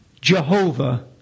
Jehovah